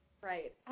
right